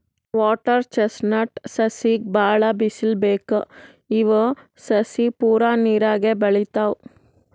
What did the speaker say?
water chestnut ಸಸಿಗ್ ಭಾಳ್ ಬಿಸಲ್ ಬೇಕ್ ಇವ್ ಸಸಿ ಪೂರಾ ನೀರಾಗೆ ಬೆಳಿತಾವ್